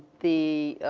the,